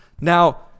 Now